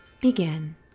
begin